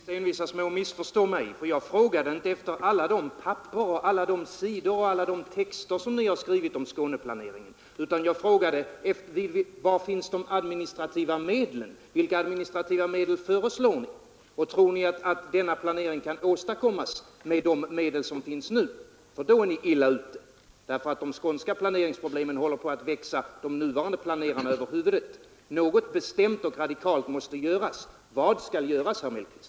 Herr talman! Herr Mellqvist envisas med att missförstå mig, för jag frågade inte efter alla de papper och alla de sidor och alla de texter som ni har skrivit om Skåneplaneringen, utan jag frågade: Var finns de administrativa medlen? Vilka administrativa medel föreslår ni? Tror ni att denna planering kan åstadkommas med de medel som finns nu? Då är ni illa ute, för de skånska planeringsproblemen håller på att växa de nuvarande planerarna över huvudet. Något bestämt och radikalt måste göras. Vad skall göras, herr Mellqvist?